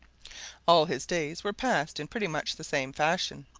all his days were passed in pretty much the same fashion.